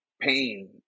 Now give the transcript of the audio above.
pain